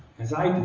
as i